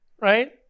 right